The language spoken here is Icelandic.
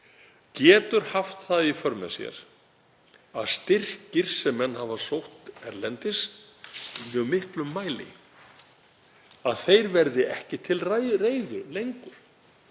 getur haft það í för með sér að styrkir sem menn hafa sótt erlendis í mjög miklum mæli verði ekki til reiðu lengur.